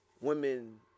women